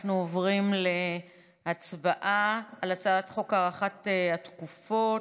אנחנו עוברים להצבעה על הצעת חוק הארכת התקופות,